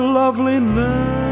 loveliness